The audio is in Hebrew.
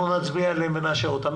אנחנו נצביע עליהן ונאשר אותן.